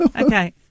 Okay